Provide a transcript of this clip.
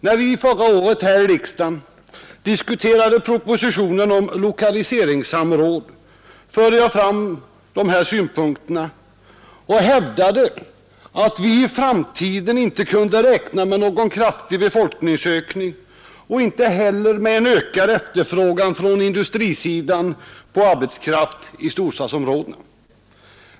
När vi förra året i riksdagen diskuterade propositionen om lokaliseringssamråd förde jag fram dessa synpunkter och hävdade att vi i framtiden inte kunde räkna med någon kraftig befolkningsökning och inte heller med en ökad efterfrågan från industrisidan på arbetskraft i storstadsområdena.